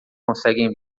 conseguem